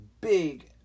big